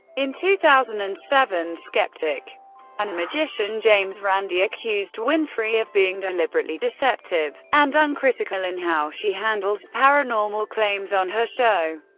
in two thousand and seven, skeptic and magician james randi accused winfrey of being deliberately deceptive and uncritical in how she handles paranormal claims on her show.